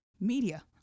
media